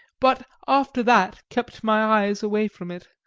but after that kept my eyes away from it.